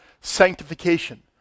sanctification